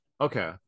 okay